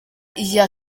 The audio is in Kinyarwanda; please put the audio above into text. iya